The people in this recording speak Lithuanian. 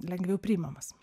lengviau priimamas